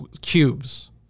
cubes